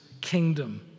kingdom